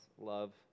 love